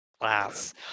class